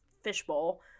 fishbowl